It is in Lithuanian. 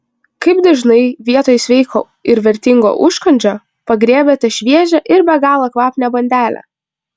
kaip dažnai vietoj sveiko ir vertingo užkandžio pagriebiate šviežią ir be galo kvapnią bandelę